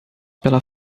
pela